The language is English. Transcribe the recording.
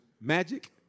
magic